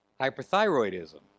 hyperthyroidism